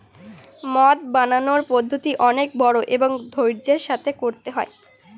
মদ বানানোর পদ্ধতি অনেক বড়ো এবং ধৈর্য্যের সাথে করতে হয়